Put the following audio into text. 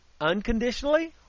unconditionally